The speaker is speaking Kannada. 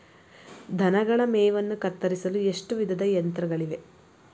ದನಗಳ ಮೇವನ್ನು ಕತ್ತರಿಸಲು ಎಷ್ಟು ವಿಧದ ಯಂತ್ರಗಳಿವೆ?